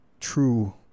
true